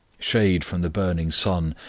shade from the burning sun,